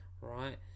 Right